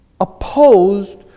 opposed